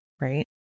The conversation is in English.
right